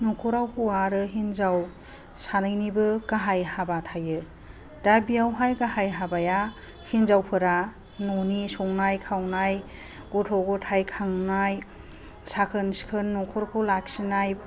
न'खराव हौवा आरो हिनजाव सानैनिबो गाहाय हाबा थायो दा बियावहाय गाहाय हाबाया हिनजावफोरा न'नि संनाय खावनाय गथ' ग'थाय खांनाय साखोन सिखोन न'खरखौ लाखिनाय